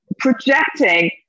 projecting